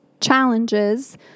challenges